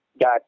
got